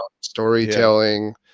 storytelling